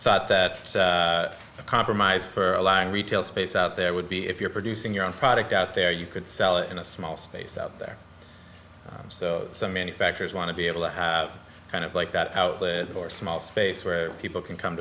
thought that the compromise for allowing retail space out there would be if you're producing your own product out there you could sell it in a small space out there so some manufacturers want to be able to kind of like that outfit or small space where people can come